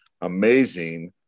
amazing